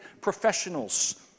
professionals